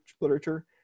literature